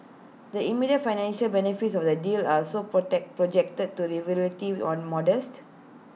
the immediate financial benefits of the deal are so protect projected to relative or modest